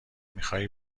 میخای